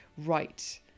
right